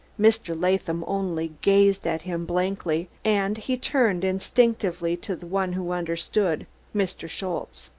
mr. latham only gazed at him blankly, and he turned instinctively to the one who understood mr. schultze.